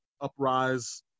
uprise